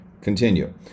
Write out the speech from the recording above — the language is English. Continue